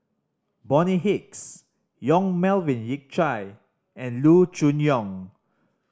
Bonny Hicks Yong Melvin Yik Chye and Loo Choon Yong